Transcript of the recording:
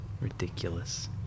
ridiculous